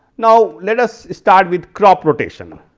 now, let us start with crop rotation.